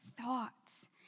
thoughts